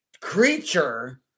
creature